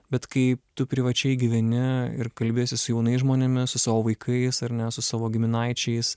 bet kai tu privačiai gyveni ir kalbiesi su jaunais žmonėmis su savo vaikais ar ne su savo giminaičiais